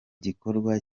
gikorwa